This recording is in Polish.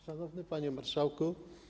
Szanowny Panie Marszałku!